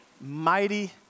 mighty